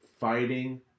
fighting